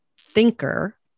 thinker